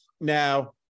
Now